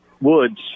Woods